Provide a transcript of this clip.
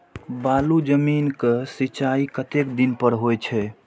बालू जमीन क सीचाई कतेक दिन पर हो छे?